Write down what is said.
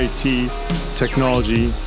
technology